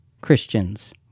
Christians